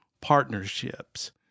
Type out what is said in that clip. partnerships